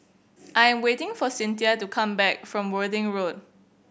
I am waiting for Cynthia to come back from Worthing Road